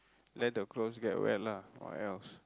let the clothes get wet lah or else